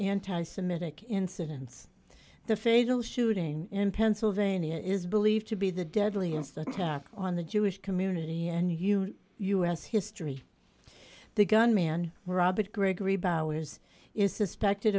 anti semitic incidents the fatal shooting in pennsylvania is believed to be the deadliest attack on the jewish community and you u s history the gun man robert gregory bowers is suspected